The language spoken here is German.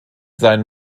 sein